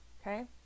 okay